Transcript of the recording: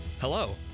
Hello